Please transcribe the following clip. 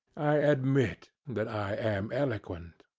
i admit that i am eloquent.